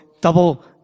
double